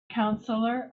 counselor